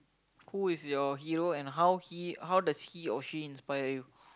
who is your hero and how he how does he or she inspire you